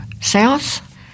south